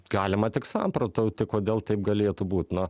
galima tik samprotauti kodėl taip galėtų būt na